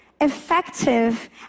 effective